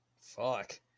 Fuck